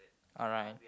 alright